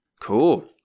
Cool